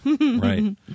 Right